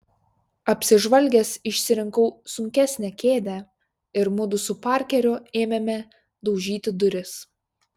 apsižvalgęs išsirinkau sunkesnę kėdę ir mudu su parkeriu ėmėme daužyti duris